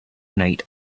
night